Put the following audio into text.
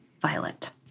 violet